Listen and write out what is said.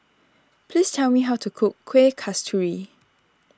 please tell me how to cook Kuih Kasturi